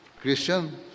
Christian